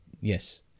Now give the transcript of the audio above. yes